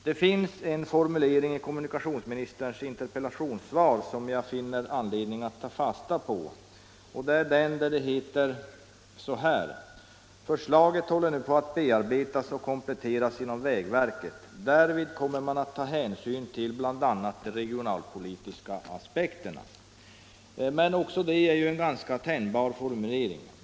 Det finns en formulering i kommunikationsministerns interpellationssvar som jag finner anledning att ta fasta på, och det är där kommunikationsministern säger så här: ”Förslaget håller nu på att bearbetas och kompletteras inom vägverket. Därvid kommer man att ta hänsyn till bl.a. regionalpolitiska och personalpolitiska aspekter.” Men detta är också en ganska tänjbar formulering.